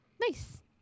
Nice